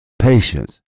Patience